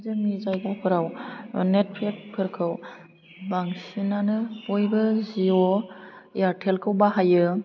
जोंनि जायगाफोराव net pack फोरखौ बांसिनानो बयबो जिअ एयारटेल खौ बाहायो